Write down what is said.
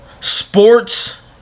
Sports